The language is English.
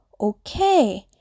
Okay